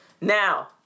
Now